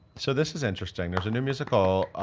so this is interesting. there's a new musical.